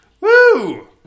Woo